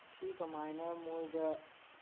ꯁꯤ ꯀꯃꯥꯏꯅ ꯃꯈꯣꯏꯗ